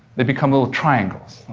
they become little triangles,